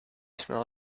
smell